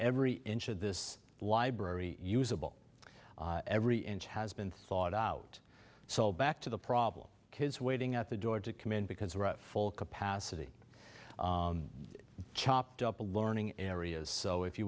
every inch of this library usable every inch has been thought out so back to the problem kids waiting at the door to command because we're at full capacity chopped up a learning areas so if you